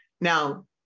Now